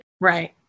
Right